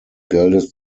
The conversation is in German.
geldes